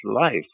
life